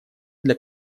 для